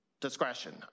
discretion